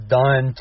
done